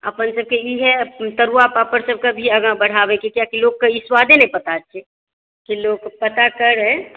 अपन सभके इहे तरुआ पापड़ सभ भी आगाँ बढ़ाबैके छै कि एकर स्वादे नहि पता छै कि लोक पता करै